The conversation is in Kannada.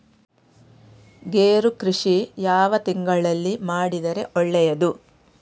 ಗೇರು ಕೃಷಿ ಯಾವ ತಿಂಗಳಲ್ಲಿ ಮಾಡಿದರೆ ಒಳ್ಳೆಯದು?